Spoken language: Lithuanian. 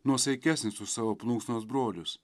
nuosaikesnis už savo plunksnos brolius